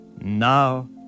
now